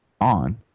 on